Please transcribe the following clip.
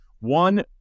one